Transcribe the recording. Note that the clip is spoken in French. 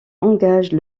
engage